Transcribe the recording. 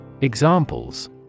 Examples